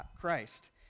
Christ